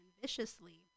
viciously